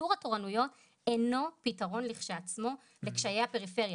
קיצור התורנויות אינו פתרון לכשעצמו לקשיי הפריפריה.